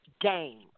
game